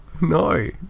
no